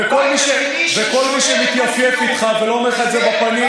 וכל מי שמתייפייף איתך ולא אומר לך את זה בפנים,